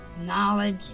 Knowledge